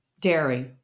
dairy